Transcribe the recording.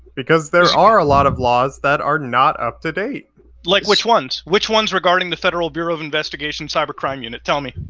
because there are a lot of laws that are not up to date. m like which ones? which ones regarding the federal bureau of investigation cyber crime unit, tell me.